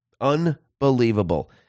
Unbelievable